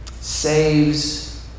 saves